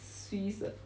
swiss ah